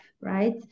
right